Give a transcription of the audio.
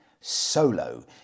solo